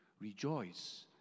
rejoice